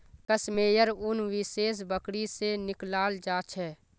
कश मेयर उन विशेष बकरी से निकलाल जा छे